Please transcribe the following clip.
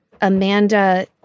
Amanda